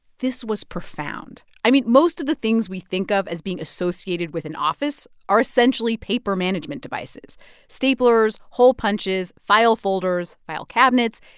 this was profound. i mean, most of the things we think of as being associated with an office are essentially paper-management devices staplers, hole punches, file folders, file cabinets.